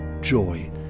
joy